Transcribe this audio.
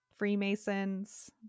Freemasons